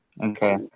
Okay